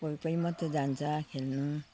कोही कोही मात्रै जान्छ खेल्नु